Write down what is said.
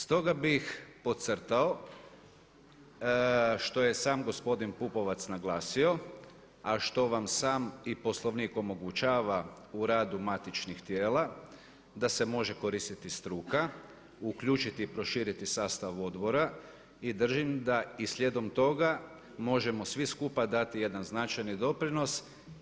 Stoga bih podcrtao što je sam gospodin Pupovac naglasio a što vam sam i sam Poslovnik omogućava u radu matičnih tijela da se može koristiti struka, uključiti i proširit sastav odbora i držim da i slijedom toga možemo svi skupa dati jedan značajni doprinos.